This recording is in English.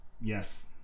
yes